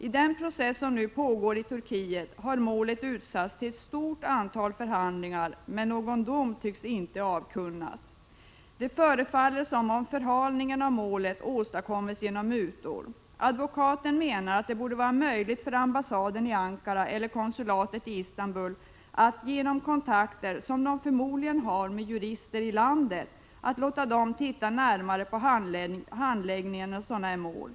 I den process som nu pågår i Turkiet har målet utsatts till ett stort antal förhandlingar, men någon dom tycks inte avkunnas. Det förefaller som om en förhalning av målet åstadkoms genom mutor. Advokaten menar att det borde vara möjligt för ambassaden i Ankara eller konsulatet i Istanbul att genom kontakter, som man förmodligen har med jurister i landet, låta dem titta närmare på handläggningen i sådana här mål.